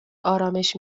آرامش